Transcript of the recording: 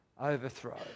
overthrow